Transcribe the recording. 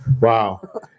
Wow